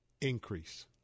increase